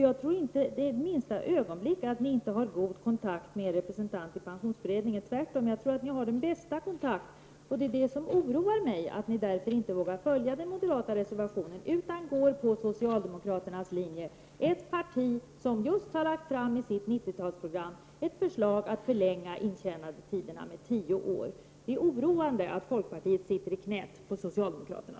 Jag tror inte för ett ögonblick att folkpartiet inte har god kontakt med sin representant i pensionsberedningen. Jag tror tvärtom att folkpartiet har den bästa kontakt med sin representant i beredningen. Därför oroar det mig att folkpartiet inte vågar följa den moderata reservationen utan går på socialdemokraternas linje och därmed följer efter ett parti som i sitt 90-talsprogram just har lagt fram ett förslag om en förlängning av intjänandetiderna med tio år. Det är oroande att folkpartiet sitter i knät på socialdemokraterna!